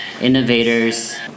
innovators